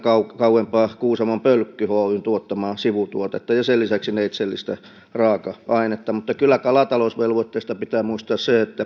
kauempaa kuusamon pölkky oyn tuottamaa sivutuotetta ja sen lisäksi neitseellistä raaka ainetta mutta kyllä kalatalousvelvoitteista pitää muistaa se että